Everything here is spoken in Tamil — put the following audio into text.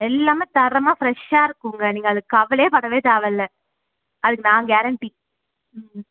எல்லாமே தரமாக ஃபிரெஷ்ஷாக இருக்கும்ங்க நீங்கள் அதுக்கு கவலையே படவே தேவையில்ல அதுக்கு நான் கேரன்ட்டி ம்